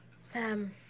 Sam